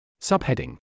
Subheading